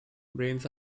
brains